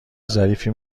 ظریفی